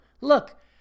look